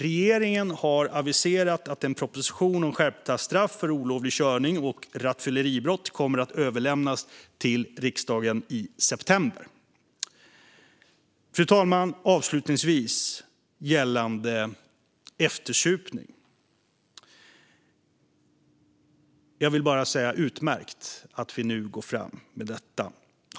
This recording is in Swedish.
Regeringen har aviserat att en proposition om skärpta straff för olovlig körning och rattfylleribrott kommer att överlämnas till riksdagen i september. Fru talman! När det gäller eftersupning vill jag bara säga att det är utmärkt att vi nu går fram med ett ställningstagande.